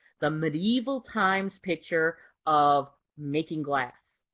the medieval times picture of making glass.